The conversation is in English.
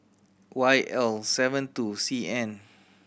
Y L seven two C N